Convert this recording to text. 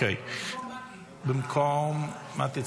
במקום מטי.